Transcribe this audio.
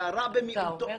זה הרע במיעוטו.